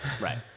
Right